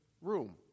room